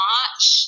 March